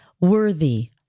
worthy